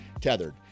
tethered